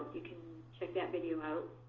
you can check that video out.